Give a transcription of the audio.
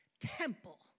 temple